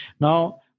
now